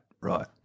right